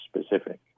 specific